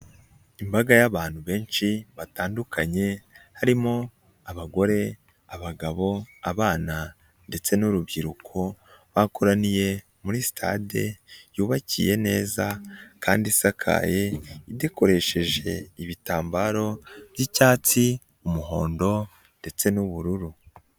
Imbaga y'abantu benshi batandukanye harimo abagore, abagabo ,abana ndetse n'urubyiruko bakoraniye muri sitade yubakiye neza kandi isakaye, idekoresheje ibitambaro by'icyatsi, umuhondo ndetse n'ubururu.